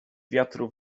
wiatru